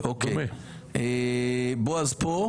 בועז כאן.